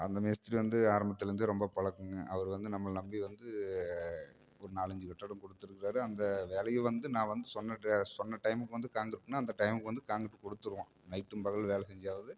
அந்த மேஸ்திரி வந்து ஆரம்பத்தில் இருந்தே ரொம்ப பழக்கங்க அவர் வந்து நம்மளை நம்பி வந்து ஒரு நாலஞ்சு கட்டடம் கொடுத்துருக்காரு அந்த வேலையும் வந்து நான் வந்து சொன்ன ட சொன்ன டைமுக்கு வந்து காங்க்ரீட்னா அந்த டைமுக்கு வந்து காங்க்ரீட் கொடுத்துருவோம் நைட்டும் பகலும் வேலை செஞ்சாவது